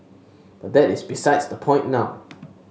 but that is besides the point now